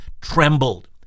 trembled